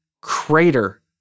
crater